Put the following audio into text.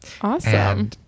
Awesome